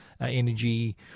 energy